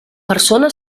persona